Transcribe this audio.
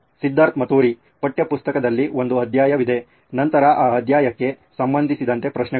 ಸಿದ್ಧಾರ್ಥ್ ಮತುರಿ ಪಠ್ಯಪುಸ್ತಕದಲ್ಲಿ ಒಂದು ಅಧ್ಯಾಯವಿದೆ ನಂತರ ಆ ಅಧ್ಯಾಯಕ್ಕೆ ಸಂಬಂಧಿಸಿದಂತೆ ಪ್ರಶ್ನೆಗಳು